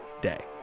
day